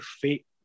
fate